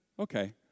Okay